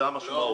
זאת המשמעות.